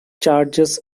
charges